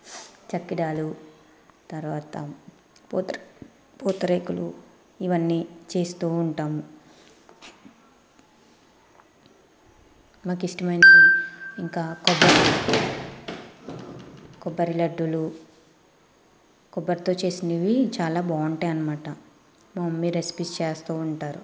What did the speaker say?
చెక్కిడాలు తరువాత పూత పూతరేకులు ఇవన్నీ చేస్తూ ఉంటాము మాకు ఇష్టమైనది ఇంకా కొబ్బరి కొబ్బరి లడ్డూలు కొబ్బరితో చేసినవి చాలా బాగుంటాయి అన్నమాట మా మమ్మీ రెసిపీస్ చేస్తూ ఉంటారు